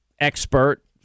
expert